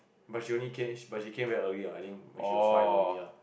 but she only came but she came very early ah I think when she was five only ya